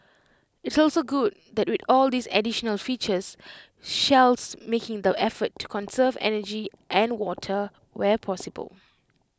it's also good that with all these additional features Shell's making the effort to conserve energy and water where possible